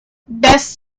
best